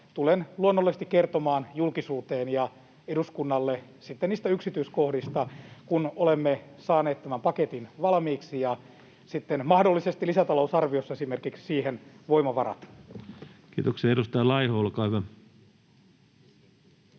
Tulen luonnollisesti kertomaan julkisuuteen ja eduskunnalle sitten niistä yksityiskohdista, kun olemme saaneet tämän paketin valmiiksi ja sitten — mahdollisesti lisätalousarviossa esimerkiksi — siihen voimavarat. [Speech 22] Speaker: